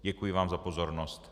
Děkuji vám za pozornost.